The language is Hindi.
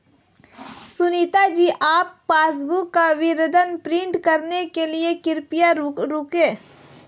सुनीता जी आप पासबुक विवरण प्रिंट कराने के लिए कृपया रुकें